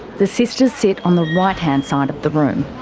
the sisters sit on the right hand side of the room.